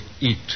eat